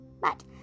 But